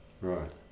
right